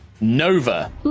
Nova